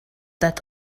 that